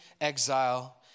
exile